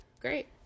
Great